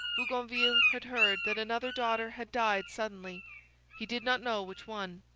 bougainville had heard that another daughter had died suddenly he did not know which one.